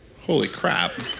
holy crap.